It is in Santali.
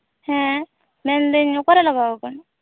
ᱦᱮᱸ ᱢᱮᱱᱫᱟᱹᱧ ᱚᱠᱟᱨᱮ ᱞᱟᱜᱟᱣ ᱟᱠᱟᱱᱟ